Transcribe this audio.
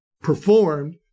performed